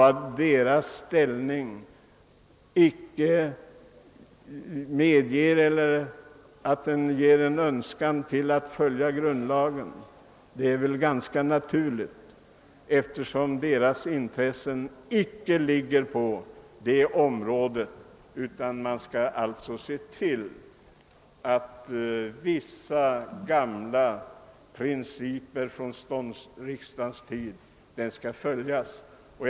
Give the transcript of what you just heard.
Att dess företrädare inte har någon önskan om att vi skall följa grundlagen är ganska naturligt, eftersom deras intressen icke går i denna riktning. Man vill i stället att vi skall följa vissa gamla principer från ståndsriksdagens tid.